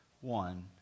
one